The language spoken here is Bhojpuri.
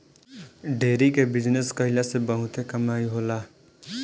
डेरी के बिजनस कईला से बहुते कमाई होला